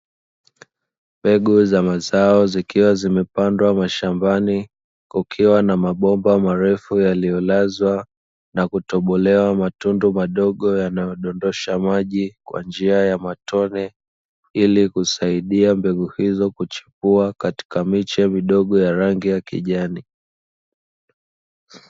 Mbegu za mazao zikiwa zimepandwa mashambani, kukiwa na mabomba marefu yaliyolazwa na kutobolewa matundu madogo yanayodondosha maji, ili kusaidia mbegu hizo kuchipua katika miche midogo ya rangi ya kijani.